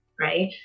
right